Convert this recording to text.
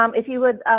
um if you would,